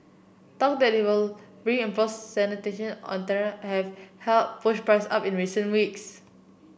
talk that he will reimpose sanction on Tehran have helped push price up in recent weeks